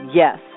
yes